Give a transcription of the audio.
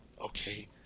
okay